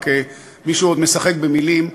רק מישהו עוד משחק במילים,